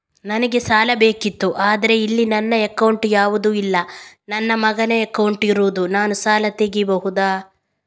ನನಗೆ ಸಾಲ ಬೇಕಿತ್ತು ಆದ್ರೆ ಇಲ್ಲಿ ನನ್ನ ಅಕೌಂಟ್ ಯಾವುದು ಇಲ್ಲ, ನನ್ನ ಮಗನ ಅಕೌಂಟ್ ಇರುದು, ನಾನು ಸಾಲ ತೆಗಿಬಹುದಾ?